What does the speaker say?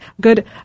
Good